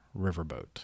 Riverboat